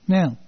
Now